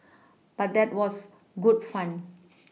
but that was good fun